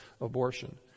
abortion